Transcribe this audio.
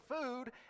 food